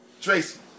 Tracy